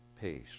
peace